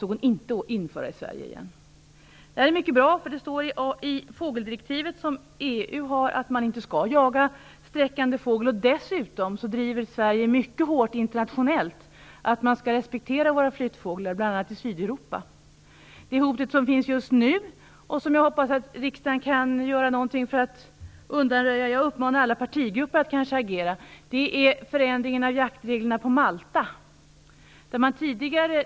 Det är mycket bra. Det står i EU:s fågeldirektiv att man inte skall jaga sträckande fågel. Dessutom driver Sverige mycket hårt internationellt att man skall respektera våra flyttfåglar, bl.a. i Sydeuropa. Det hot som finns just nu, och som jag hoppas att riksdagen kan göra något för att undanröja, är förändringarna av jaktreglerna på Malta. Jag uppmanar alla partigrupper att agera här.